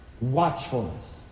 watchfulness